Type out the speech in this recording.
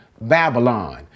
Babylon